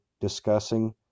discussing